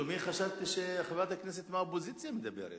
לתומי חשבתי שחברת כנסת מהאופוזיציה מדברת.